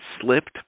Slipped